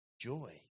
joy